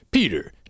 Peter